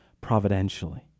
providentially